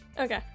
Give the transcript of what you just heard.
Okay